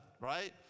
right